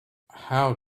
how